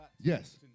Yes